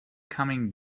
coming